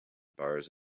bars